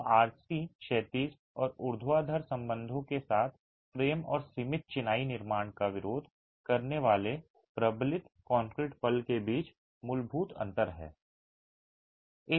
तो आरसी क्षैतिज और ऊर्ध्वाधर संबंधों के साथ फ्रेम और सीमित चिनाई निर्माण का विरोध करने वाले प्रबलित कंक्रीट पल के बीच मूलभूत अंतर है